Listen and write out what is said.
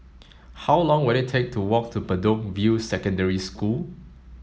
how long will it take to walk to Bedok View Secondary School